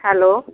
hello